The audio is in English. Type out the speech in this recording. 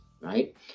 right